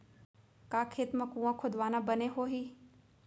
का खेत मा कुंआ खोदवाना बने होही?